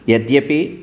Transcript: यद्यपि